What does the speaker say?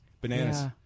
Bananas